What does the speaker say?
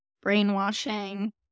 brainwashing